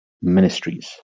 Ministries